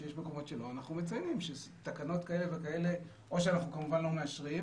שיש מקומות שלא אנחנו מציינים שתקנות כאלה וכאלה או שאנחנו לא מאשרים.